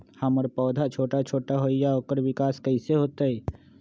हमर पौधा छोटा छोटा होईया ओकर विकास कईसे होतई?